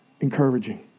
encouraging